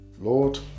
lord